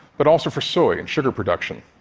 but also for soy and sugar production.